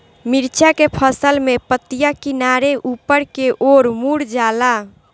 मिरचा के फसल में पतिया किनारे ऊपर के ओर मुड़ जाला?